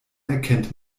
erkennt